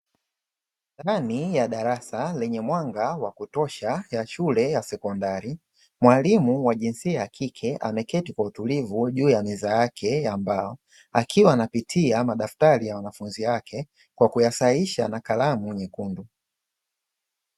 Ndani ya darasa lenye mwangwa wa kutosha ya shule ya sekondari. Mwalimu wa jinsia ya kike ameketi kwa utulivu juu ya meza yake ya mbao akiwa anapitia madaftari ya wanafunzi wake kwa kuyasahisha na kalamu nyekundu.